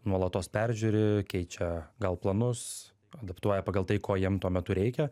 nuolatos peržiūri keičia gal planus adaptuoja pagal tai ko jiem tuo metu reikia